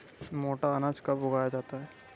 मोटा अनाज कब उगाया जाता है?